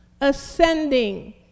ascending